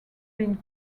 been